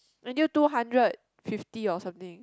until two hundred fifty or something